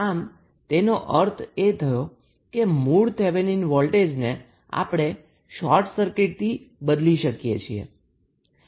આમ તેનો અર્થ એ થયો કે મૂળ થેવેનિન વોલ્ટેજને આપણે શોર્ટ સર્કિટથી બદલી શકીએ છીએ